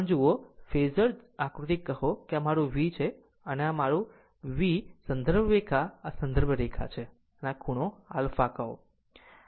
આમ જો જુઓ આ ફેઝર આકૃતિ કહો કે આ મારું આ V છે અને આ તે છે મારી આ સંદર્ભ રેખા આ મારી સંદર્ભ રેખા છે અને આ ખૂણો છે α કહો